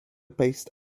based